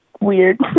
Weird